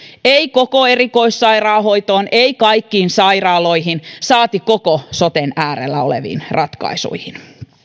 ei koko erikoissairaanhoitoon ei kaikkiin sairaaloihin saati koko soten äärellä oleviin ratkaisuihin